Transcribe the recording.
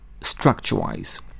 structure-wise